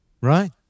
Right